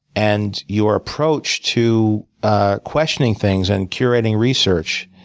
and your approach to ah questioning things, and curating research,